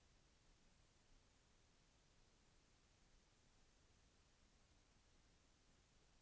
వరి హార్వెస్టింగ్ కి ఎంత ఖర్చు అవుతుంది?